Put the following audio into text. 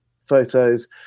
Photos